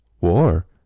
War